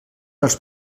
els